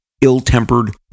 ill-tempered